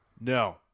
No